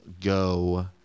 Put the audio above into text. go